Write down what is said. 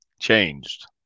changed